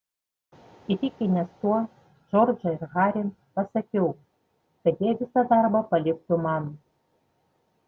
įtikinęs tuo džordžą ir harį pasakiau kad jie visą darbą paliktų man